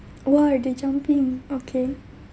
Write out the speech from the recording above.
!wah! they jumping okay